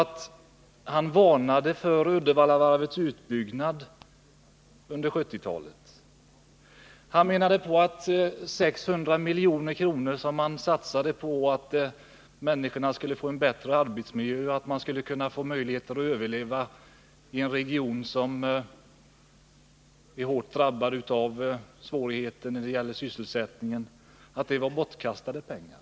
Rune Torwald varnade för Uddevallavarvets utbyggnad under 1970-talet. Han menade att de 600 milj.kr. som satsades på att människorna skulle få en bättre arbetsmiljö och möjlighet att överleva i en region som drabbats hårt av sysselsättningssvårigheter var bortkastade pengar.